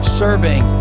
serving